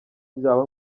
byaba